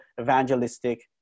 evangelistic